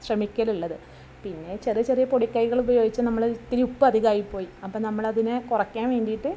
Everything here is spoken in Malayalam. ശ്രമിക്കലുള്ളത് പിന്നെ ചെറിയ ചെറിയ പൊടി കൈകള് ഉപയോഗിച്ച് നമ്മള് ഇത്തിരി ഉപ്പ് അധികമായിപ്പോയി അപ്പം നമ്മളതിനെ കുറയ്ക്കാൻ വേണ്ടിയിട്ട്